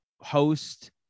host